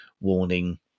warning